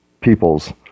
peoples